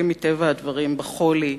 מטפלים כאן מטבע הדברים בחולי,